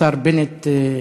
השר בנט,